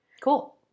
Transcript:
Cool